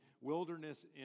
Wilderness